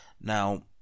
Now